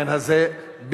לעניין הזה במהרה.